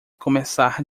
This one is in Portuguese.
começar